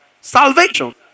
Salvation